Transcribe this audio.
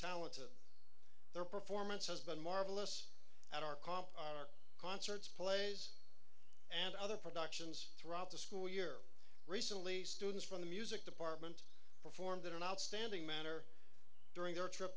talent to their performance has been marvelous at our comp our concerts plays and other productions throughout the school year recently students from the music department performed in an outstanding manner during their trip